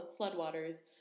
floodwaters